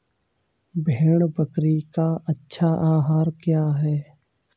भेड़ बकरी का अच्छा आहार क्या है?